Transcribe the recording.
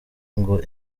ngo